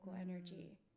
energy